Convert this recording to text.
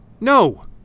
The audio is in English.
No